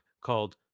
called